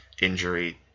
injury